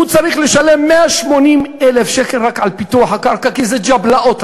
הוא צריך לשלם 180,000 שקל רק על פיתוח הקרקע כי זה ג'בלאות,